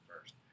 first